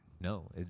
No